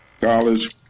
college